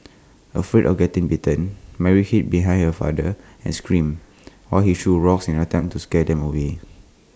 afraid of getting bitten Mary hid behind her father and screamed while he threw rocks in an attempt to scare them away